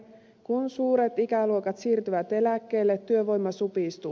kun suuret ikäluokat siirtyvät eläkkeelle työvoima supistuu